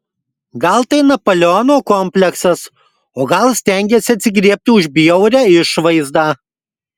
gal tai napoleono kompleksas o gal stengiasi atsigriebti už bjaurią išvaizdą